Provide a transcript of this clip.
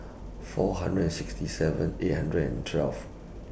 four hundred and sixty seven eight hundred and twelve